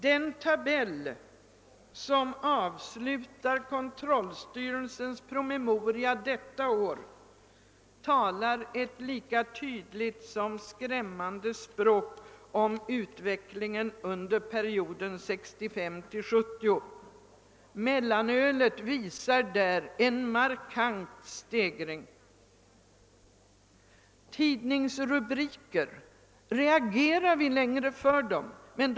Den tabell som avslutar kontrollstyrelsens promemoria detta år talar ett lika tydligt som skrämmande språk om utvecklingen under perioden 1965—1970. Mellanölskonsumtionen visar där en markant stegring. Tidningsrubriker — reagerar vi längse för sådana?